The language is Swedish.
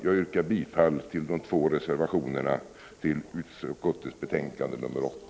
Jag yrkar bifall till de två reservationerna vid socialförsäkringsutskottets betänkande nr 8.